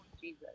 Jesus